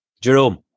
Jerome